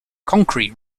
concrete